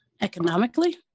Economically